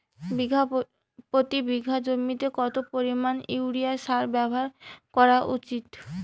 প্রতি বিঘা জমিতে কত পরিমাণ ইউরিয়া সার ব্যবহার করা উচিৎ?